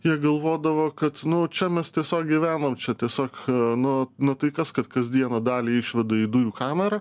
jie galvodavo kad nu čia mes tiesiog gyvenam čia tiesiog nu nu tai kas kad kasdieną dalį išvadų į dujų kamerą